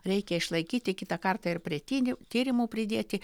reikia išlaikyti kitą kartą ir prie tinių tyrimų pridėti